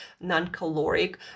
non-caloric